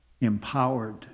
empowered